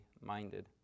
minded